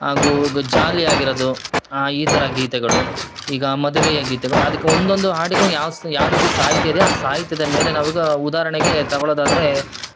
ಹಾಗೂ ಗ್ ಜಾಲಿಯಾಗಿರೋದು ಈ ಥರ ಗೀತೆಗಳು ಈಗ ಮದುವೆಯ ಗೀತೆಗಳು ಅದಕ್ಕೆ ಒಂದೊಂದು ಹಾಡಿಗುನು ಯಾವ್ಸ್ ಯಾವ ರೀತಿ ಸಾಹಿತ್ಯ ಇದ್ಯ ಆ ಸಾಹಿತ್ಯದ ಮೇಲೆ ನಾವಿಗ ಉದಾರಣೆಗೆ ತಗೊಳೋದಾದರೆ